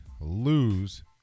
lose